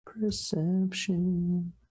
perception